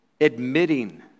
admitting